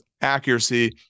accuracy